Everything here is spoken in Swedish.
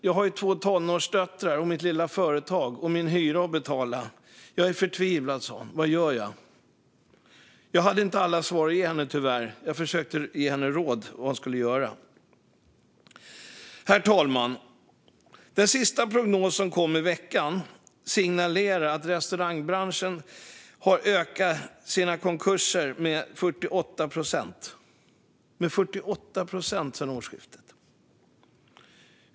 Jag har två tonårsdöttrar och mitt lilla företag, och jag har min hyra att betala. Jag är förtvivlad, sa hon. Vad gör jag? Jag hade tyvärr inte alla svar att ge henne. Jag försökte att ge henne råd om vad hon skulle göra. Herr talman! Den senaste prognosen, som kom i veckan, signalerar att konkurserna i restaurangbranschen har ökat med 48 procent sedan årsskiftet.